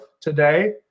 today